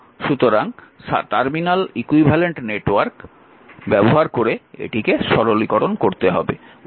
সুতরাং সাধারণত একটি টার্মিনাল ইকুইভ্যালেন্ট নেটওয়ার্ক ব্যবহার করে একে সরলীকরণ করতে হবে